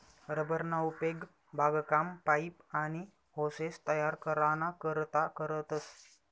rubber ना उपेग बागकाम, पाइप, आनी होसेस तयार कराना करता करतस